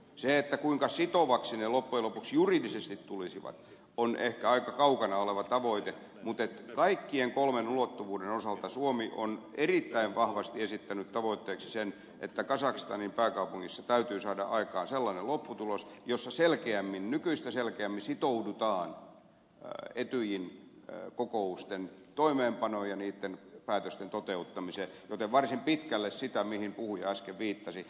se kuinka sitoviksi ne loppujen lopuksi juridisesti tulisivat on ehkä aika kaukana oleva tavoite mutta kaikkien kolmen ulottuvuuden osalta suomi on erittäin vahvasti esittänyt tavoitteeksi sen että kazakstanin pääkaupungissa täytyy saada aikaan sellainen lopputulos jossa nykyistä selkeämmin sitoudutaan etyjin kokousten toimeenpanoon ja niitten päätösten toteuttamiseen joten varsin pitkälle se on sitä mihin puhuja äsken viittaisi